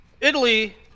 Italy